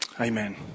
Amen